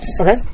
Okay